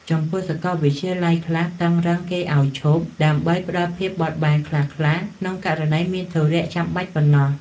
ចំពោះសកលវិទ្យាល័យខ្លះតឹងរុឹងគេឱ្យឈប់ ដើម្បីផ្ដល់ភាពបត់បែនខ្លះៗក្នុងករណីមានធុរៈចាំបាច់ប៉ុណ្ណោះ។